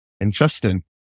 Interesting